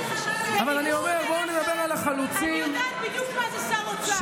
אני יודעת בדיוק מה זה שר אוצר.